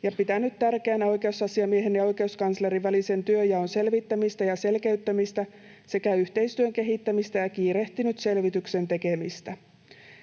ja pitänyt tärkeänä oikeusasiamiehen ja oikeuskanslerin välisen työnjaon selvittämistä ja selkeyttämistä sekä yhteistyön kehittämistä ja kiirehtinyt selvityksen tekemistä.